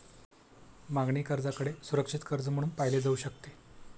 मागणी कर्जाकडे सुरक्षित कर्ज म्हणून पाहिले जाऊ शकते